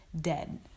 dead